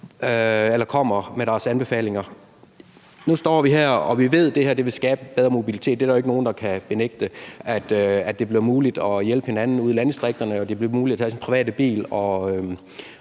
kommer med deres anbefalinger. Nu står vi her, og vi ved, at det her vil skabe bedre mobilitet. Der er ikke nogen, der kan benægte, at det bliver muligt at hjælpe hinanden ude i landdistrikterne, og det bliver muligt at tage sin private bil og